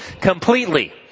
completely